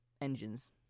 engines